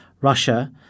Russia